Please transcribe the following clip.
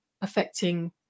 affecting